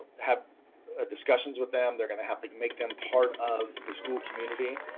have discussions with them, they are going to have to make them part of the school community.